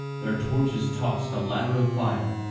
their torches tossed a ladder of fire,